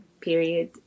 period